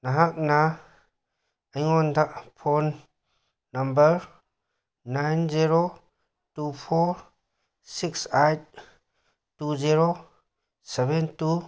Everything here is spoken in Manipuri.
ꯅꯍꯥꯛꯅ ꯑꯩꯉꯣꯟꯗ phone number nine zero two four six eight two zero seven two